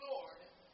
Lord